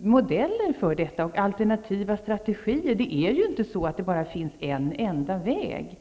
modeller för detta och alternativa strategier. Det är ju inte så att det bara finns en enda väg.